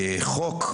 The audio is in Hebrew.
בחוק,